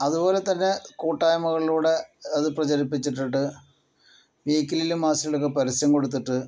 അതുപോലെ തന്നെ കൂട്ടായ്മകളിലൂടെ അത് പ്രചരിപ്പിച്ചിട്ടിട്ട് വീക്കിലീലും മാസികളിലും ഒക്കെ പരസ്യം കൊടുത്തിട്ട്